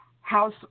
house